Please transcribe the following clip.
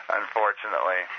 unfortunately